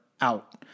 out